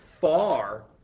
far